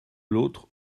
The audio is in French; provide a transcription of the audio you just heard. l’autre